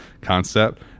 concept